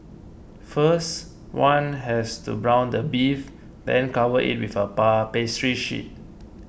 first one has to brown the beef then cover it with a pastry sheet